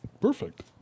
Perfect